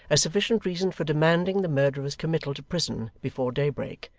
a sufficient reason for demanding the murderer's committal to prison before daybreak,